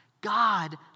God